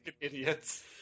Idiots